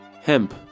Hemp